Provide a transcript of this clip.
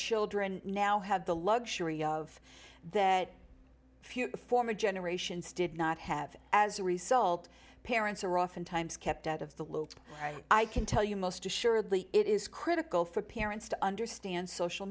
children now have the luxury of that few former generations did not have as a result parents are oftentimes kept out of the loop i can tell you most assuredly it is critical for parents to understand social